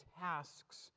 tasks